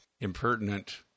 impertinent